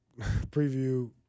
preview